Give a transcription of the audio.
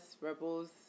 Rebels